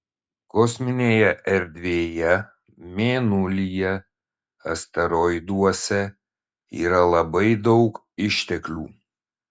kosminėje erdvėje mėnulyje asteroiduose yra labai daug išteklių